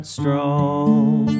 strong